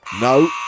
No